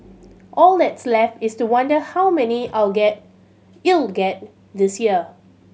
all that's left is to wonder how many our get it'll get this year